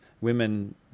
women